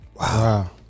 Wow